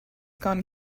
gone